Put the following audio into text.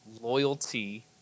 loyalty